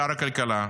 שר הכלכלה,